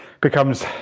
becomes